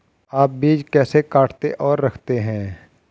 आप बीज कैसे काटते और रखते हैं?